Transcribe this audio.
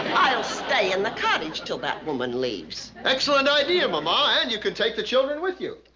i'll stay in the cottage till that woman leaves. excellent idea, mama, and you can take the children with you.